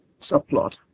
subplot